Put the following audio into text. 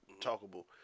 talkable